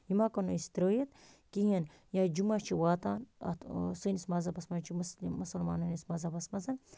یِم ہیٚکو نہٕ أسۍ ترٲۄِتھ کِہیٖنۍ یا جُمعہ چھُ واتان اتھ سٲنِس مَذہَبَس مَنٛز چھُ مُسلمانَن ہٕندِس مَذہَبَس مَنٛز